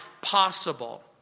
possible